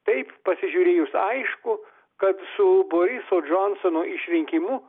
taip pasižiūrėjus aišku kad su boriso džonsono išrinkimu